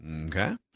Okay